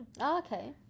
Okay